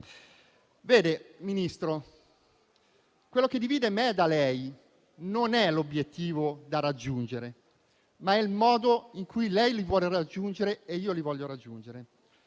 Vede, Ministro, quello che divide me da lei non è l'obiettivo da raggiungere, ma è il modo in cui lei lo vuole raggiungere e io lo voglio raggiungere.